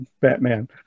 Batman